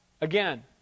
Again